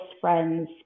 friends